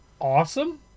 Awesome